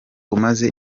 umaze